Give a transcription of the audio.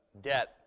debt